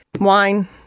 wine